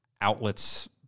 outlets